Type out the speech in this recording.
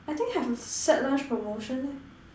I think have set lunch promotion